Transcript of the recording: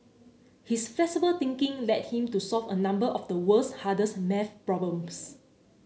his flexible thinking led him to solve a number of the world's hardest math problems